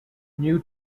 new